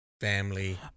family